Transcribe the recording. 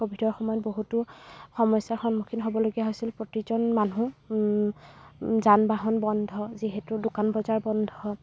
ক'ভিডৰ সময়ত বহুতো সমস্য়াৰ সন্মুখীন হ'বলগীয়া হৈছিল প্ৰতিজন মানুহ যান বাহন বন্ধ যিহেতু দোকান বজাৰ বন্ধ